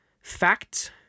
facts